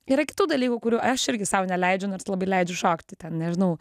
yra kitų dalykų kurių aš irgi sau neleidžiu nors labai leidžiu šokti ten nežinau